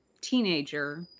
teenager